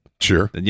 Sure